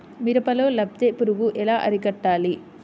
మిరపలో లద్దె పురుగు ఎలా అరికట్టాలి?